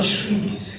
trees